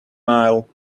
mile